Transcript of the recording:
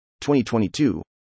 2022